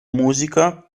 musica